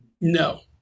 No